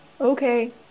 okay